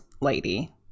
lady